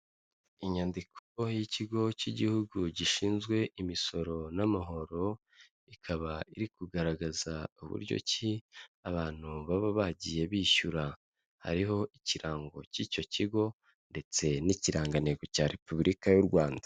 Inyandiko y'ikigo cy'igihugu gishinzwe imisoro n'amahoro, ikaba iri kugaragaza uburyo abantu baba bagiye bishyura hariho ikirango cy'icyo kigo ndetse n'ikirangantego cya repubulika y'u Rwanda.